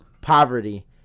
Poverty